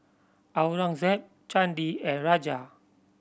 Aurangzeb Chandi and Raja